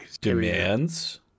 Demands